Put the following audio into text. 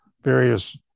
various